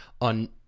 on-